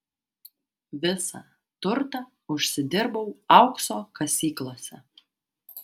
visą turtą užsidirbau aukso kasyklose